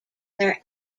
their